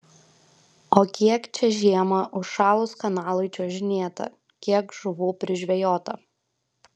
o kiek čia žiemą užšalus kanalui čiuožinėta kiek žuvų prižvejota